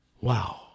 Wow